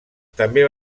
també